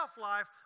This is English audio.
life